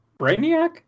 Brainiac